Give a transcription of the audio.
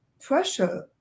pressure